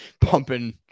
pumping